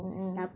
mmhmm